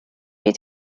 you